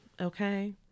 okay